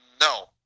No